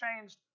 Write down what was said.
changed